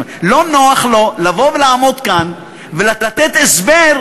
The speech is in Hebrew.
לא נוח לו לבוא ולעמוד כאן ולתת הסבר,